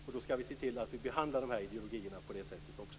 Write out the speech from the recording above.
Därför skall vi se till att vi behandlar de här ideologierna därefter också.